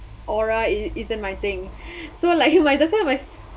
aura i~ isn't my thing so like it doesn't was